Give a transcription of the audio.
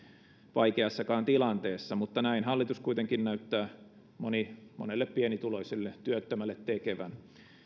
vaikeassakaan tilanteessa mutta näin hallitus kuitenkin näyttää monelle monelle pienituloiselle työttömälle tekevän